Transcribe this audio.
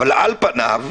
על פניו,